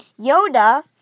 Yoda